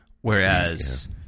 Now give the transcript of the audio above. whereas